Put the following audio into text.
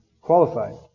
qualified